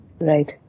Right